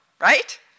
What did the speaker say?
right